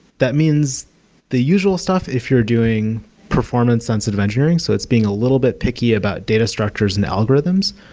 that means the usual stuff if you're doing performance sensitive engineering, so it's being a little bit picky about data structures and algorithms.